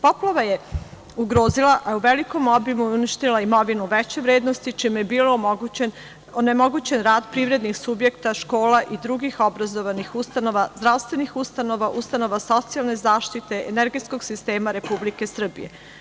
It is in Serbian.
Poplava je ugrozila i u velikom obimu uništila imovinu veće vrednosti, čime je bio onemogućen rad privrednih subjekata, škola i drugih obrazovnih ustanova, zdravstvenih ustanova, ustanova socijalne zaštite, energetskog sistema Republike Srbije.